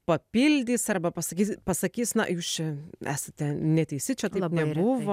papildys arba pasakys pasakys na jūs čia esate neteisi čia nebuvo